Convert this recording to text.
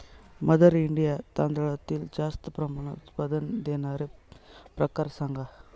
mother India तांदळातील जास्त प्रमाणात उत्पादन देणारे प्रकार सांगा